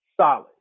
solid